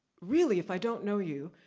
really, if i don't know you,